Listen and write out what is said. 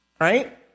Right